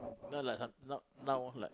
no lah some not now like